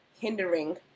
hindering